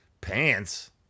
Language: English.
Pants